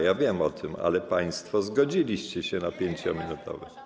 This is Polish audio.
Ja wiem o tym, ale państwo zgodziliście się na 5-minutowe.